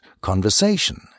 conversation